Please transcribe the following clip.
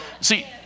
See